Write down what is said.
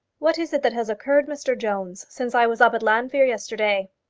what is it that has occurred, mr jones, since i was up at llanfeare yesterday?